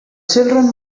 children